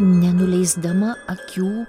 nenuleisdama akių